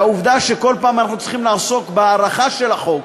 והעובדה שכל פעם אנחנו צריכים לעסוק בהארכה של החוק,